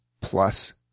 plus